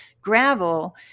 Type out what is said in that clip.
gravel